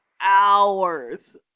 hours